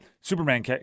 Superman